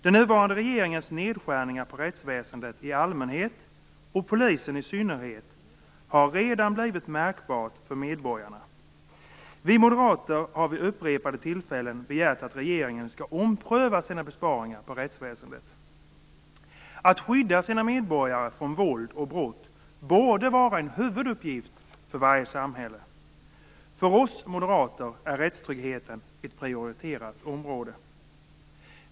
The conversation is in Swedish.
Den nuvarande regeringens nedskärningar på rättsväsendet i allmänhet och polisen i synnerhet har redan blivit märkbar för medborgarna. Vi moderater har vid upprepade tillfällen begärt att regeringen skall ompröva sina besparingar på rättsväsendet. Att skydda sina medborgare från våld och brott borde vara en huvuduppgift för varje samhälle. För oss moderater är rättstryggheten ett prioriterat område.